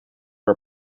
are